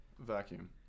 vacuum